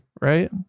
right